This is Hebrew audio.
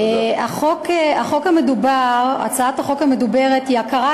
החוק המדובר, הצעת החוק המדוברת היא הכרה